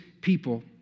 people